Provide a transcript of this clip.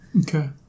Okay